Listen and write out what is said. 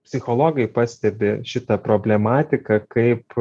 psichologai pastebi šitą problematiką kaip